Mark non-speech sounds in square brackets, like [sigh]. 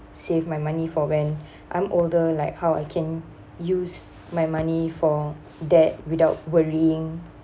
save my money for when [breath] I'm older like how I can use my money for that without worrying